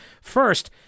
First